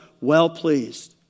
well-pleased